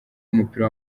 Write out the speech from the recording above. w’umupira